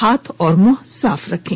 हाथ और मुंह साफ रखें